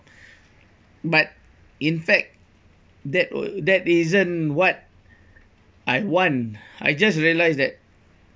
but in fact that wer~ that isn't what I want I just realise that